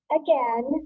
again